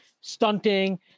stunting